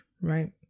right